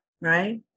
right